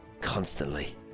Constantly